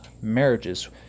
marriages